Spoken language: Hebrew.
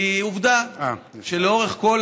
כי עובדה שלאורך כל